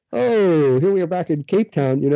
oh, here we are back in cape town. you know